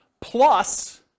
plus